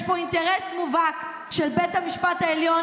יש פה אינטרס מובהק של בית המשפט העליון